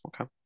Okay